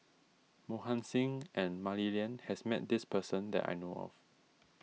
Mohan Singh and Mah Li Lian has met this person that I know of